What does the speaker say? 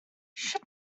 sut